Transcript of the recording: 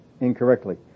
incorrectly